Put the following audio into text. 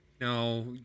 no